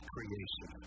creation